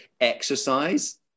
exercise